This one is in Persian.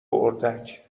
اردک